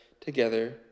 together